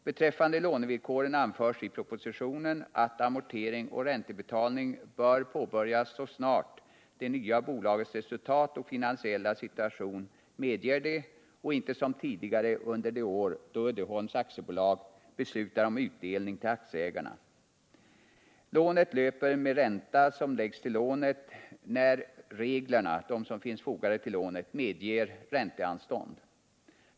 Beträffande lånevillkoren anförs i propositionen att amortering och räntebetalning bör påbörjas så snart det nya bolagets resultat och finansiella situation så medger och inte som tidigare under det år då Uddeholms AB beslutar om utdelning till aktieägarna. Lånet löper med ränta som läggs till lånet när reglerna medger ränteanstånd.